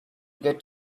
get